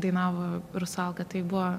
dainavo rusalka tai buvo